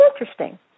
interesting